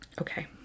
Okay